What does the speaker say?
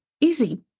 Easy